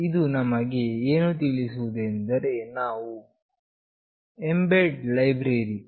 ಇದು ನಮಗೆ ಏನು ತಿಳಿಸುವುದೆಂದರೆ ನಾವು ಎಮ್ಬೆಡ್ ಲೈಬ್ರರಿ mbed